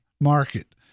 market